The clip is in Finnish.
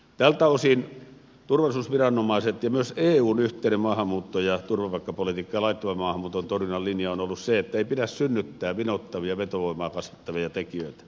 tältä osin turvallisuusviranomaisten ja myös eun yhteisen maahanmuutto ja turvapaikkapolitiikan ja laittoman maahanmuuton torjunnan linja on ollut se että ei pidä synnyttää vinouttavia vetovoimaa kasvattavia tekijöitä